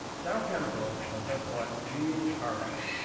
dow chemical had just bought union carbide,